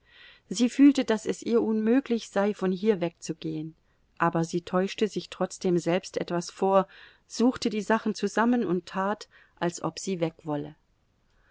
sie fühlte daß es ihr unmöglich sei von hier wegzugehen aber sie täuschte sich trotzdem selbst etwas vor suchte die sachen zusammen und tat als ob sie weg wolle